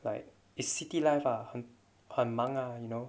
like it's city life ah 很很忙 lah you know